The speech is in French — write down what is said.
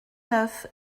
neuf